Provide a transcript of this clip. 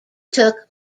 took